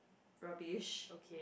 rubbish